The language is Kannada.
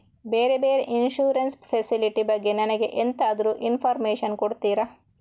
ಬೇರೆ ಬೇರೆ ಇನ್ಸೂರೆನ್ಸ್ ಫೆಸಿಲಿಟಿ ಬಗ್ಗೆ ನನಗೆ ಎಂತಾದ್ರೂ ಇನ್ಫೋರ್ಮೇಷನ್ ಕೊಡ್ತೀರಾ?